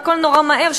והכול נורא מהר,